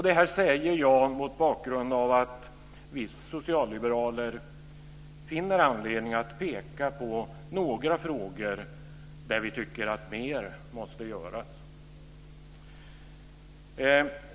Det här säger jag mot bakgrund av att vi socialliberaler finner anledning att peka på några frågor där vi tycker att mer måste göras.